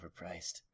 overpriced